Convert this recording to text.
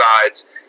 sides